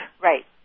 right